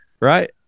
Right